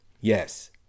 Yes